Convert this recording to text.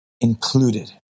included